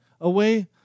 away